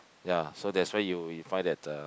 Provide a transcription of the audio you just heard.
ya so that's why you you find that uh